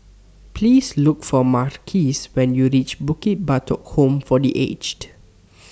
Please Look For Marquis when YOU REACH Bukit Batok Home For The Aged